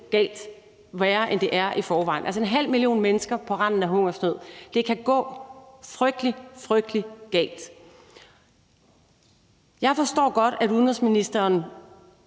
altså værre, end det er i forvejen. Der er en halv million mennesker på randen af hungersnød. Det kan gå frygtelig, frygtelig galt. Jeg forstår godt, at udenrigsministeren